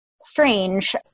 strange